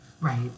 Right